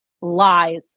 lies